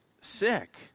sick